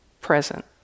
present